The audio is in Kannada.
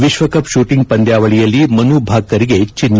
ವಿಶ್ವ ಕಪ್ ಶೂಟಿಂಗ್ ಪಂದ್ಯಾವಳಿಯಲ್ಲಿ ಮನುಭಾಕರ್ಗೆ ಚಿನ್ನ